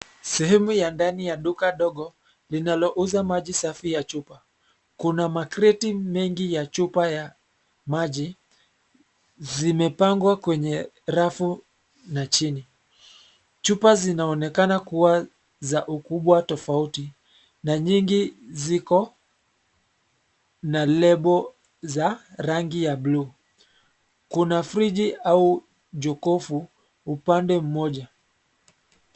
Sehemu ya ndani ya duka dogo linalouza maji safi ya chupa. Kuna makreti mengi ya chupa ya maji, zimepangwa kwenye rafu na chini. Chupa zinaonekana kuwa za ukubwa tofauti na nyingi ziko na lebo za rangi ya blue . Kuna friji au jokofu upande mmoja.